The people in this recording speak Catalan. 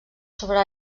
sobre